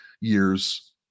years